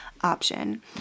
option